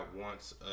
wants